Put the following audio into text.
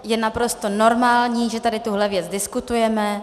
Je naprosto normální, že tady tuhle věc diskutujeme.